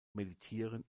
meditieren